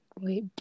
Wait